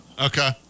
Okay